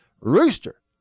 rooster